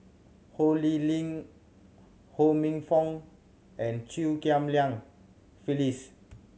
Ho Lee Ling Ho Minfong and Chew Ghim Lian Phyllis